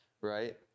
right